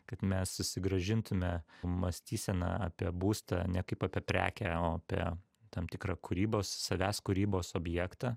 kad mes susigrąžintume mąstyseną apie būstą ne kaip apie prekę o apie tam tikrą kūrybos savęs kūrybos objektą